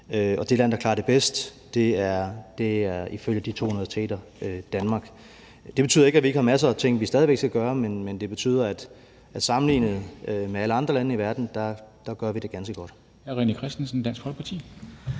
Og det land, der klarer det bedst, er ifølge de to universiteter Danmark. Det betyder ikke, at vi ikke har masser af ting, vi stadig væk skal gøre, men det betyder, at vi sammenlignet med alle andre lande i verden gør det ganske godt.